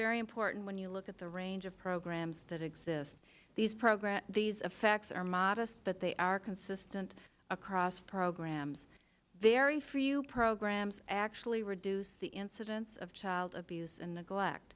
very important when you look at the range of programs that exist these programs these effects are modest but they are consistent across programs very for you programs actually reduce the incidence of child abuse and neglect